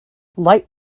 light